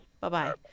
Bye-bye